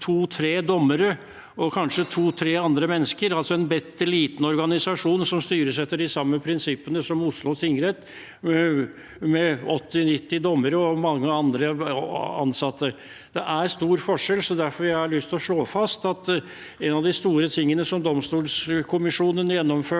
to–tre dommere og kanskje to–tre andre mennesker, altså en bitte liten organisasjon som styres etter de samme prinsippene som Oslo tingrett, som har 80–90 dommere og mange andre ansatte. Det er stor forskjell, så derfor har jeg lyst til å slå fast at en av de store tingene domstolkommisjonen gjennomførte,